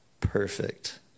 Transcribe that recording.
Perfect